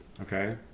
Okay